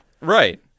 Right